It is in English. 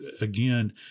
again